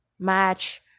match